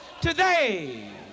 today